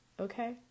Okay